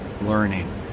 learning